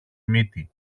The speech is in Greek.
μύτη